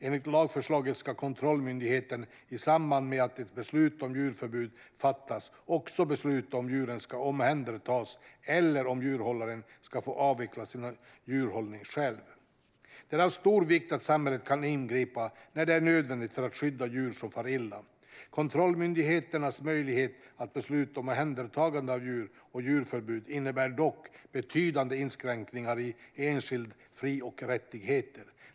Enligt lagförslaget ska kontrollmyndigheten i samband med att ett beslut om djurförbud fattas också besluta om djuren ska omhändertas eller om djurhållaren ska få avveckla sin djurhållning själv. Det är av stor vikt att samhället kan ingripa när det är nödvändigt för att skydda djur som far illa. Kontrollmyndigheternas möjlighet att besluta om omhändertagande av djur och djurförbud innebär dock betydande inskränkningar i enskildas fri och rättigheter.